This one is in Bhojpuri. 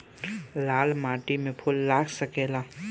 लाल माटी में फूल लाग सकेला?